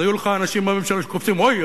היו לך אנשים בממשלה שהיו קופצים: אוי,